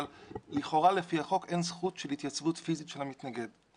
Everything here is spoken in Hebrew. אבל לכאורה לפי החוק אין זכות של התייצבות פיסית של המתנגד.